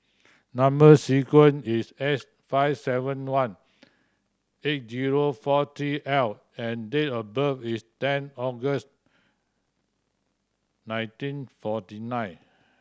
number sequence is S five seven one eight zero four three L and date of birth is ten August nineteen forty nine